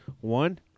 One